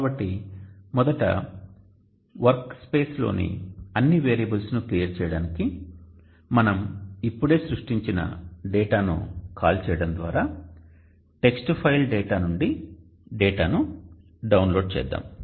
కాబట్టి మొదట వర్క్స్పేస్లోని అన్ని వేరియబుల్స్ను క్లియర్ చేయడానికి మనం ఇప్పుడే సృష్టించిన డేటాను కాల్ చేయడం ద్వారా టెక్స్ట్ ఫైల్ డేటా నుండి డేటానులోడ్ చేద్దాం